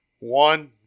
One